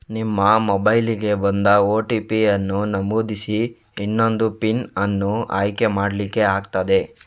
ನಿಮ್ಮ ಮೊಬೈಲಿಗೆ ಬಂದ ಓ.ಟಿ.ಪಿ ಅನ್ನು ನಮೂದಿಸಿ ಇನ್ನೊಂದು ಪಿನ್ ಅನ್ನು ಆಯ್ಕೆ ಮಾಡ್ಲಿಕ್ಕೆ ಆಗ್ತದೆ